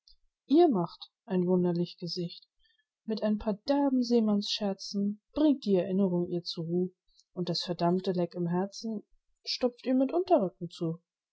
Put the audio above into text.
ihr macht ein wunderlich gesicht mit ein paar derben seemannsscherzen bringt die erinnrung ihr zur ruh und das verdammte leck im herzen stopft ihr mit unterröcken zu